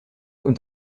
und